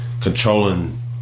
controlling